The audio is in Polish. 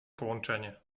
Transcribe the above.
połączenie